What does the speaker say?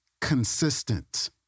consistent